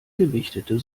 gewichtete